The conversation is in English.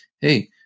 Hey